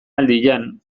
aldian